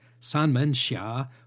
Sanmenxia